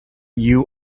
you